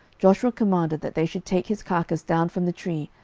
joshua commanded that they should take his carcase down from the tree,